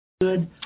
good